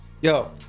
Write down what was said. Yo